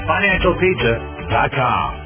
Financialpizza.com